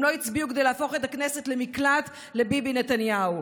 הם לא הצביעו כדי להפוך את הכנסת למקלט לביבי נתניהו.